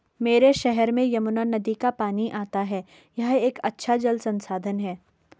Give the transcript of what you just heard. मेरे शहर में यमुना नदी का पानी आता है यह एक अच्छा जल संसाधन है